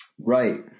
Right